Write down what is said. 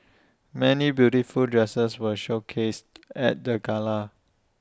many beautiful dresses were showcased at the gala